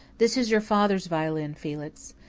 this is your father's violin, felix.